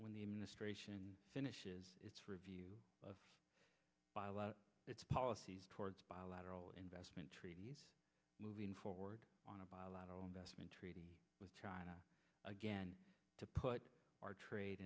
when the administration finishes its review by a lot of its policies towards bilateral investment treaties moving forward on a bilateral investment treaty with china again to put our trade